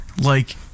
like-